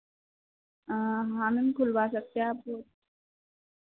हाँ मैम खुलवा सकते आप